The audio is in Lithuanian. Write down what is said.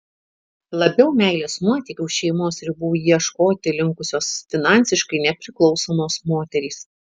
labiau meilės nuotykių už šeimos ribų ieškoti linkusios finansiškai nepriklausomos moterys